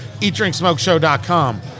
EatDrinkSmokeShow.com